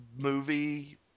movie